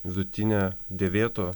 vidutinė dėvėto